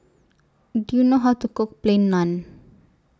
Do YOU know How to Cook Plain Naan